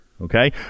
Okay